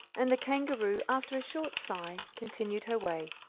and the kangaroo, after a short sigh, continued her way.